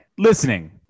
listening